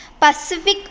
Pacific